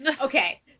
Okay